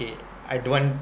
eh I don't want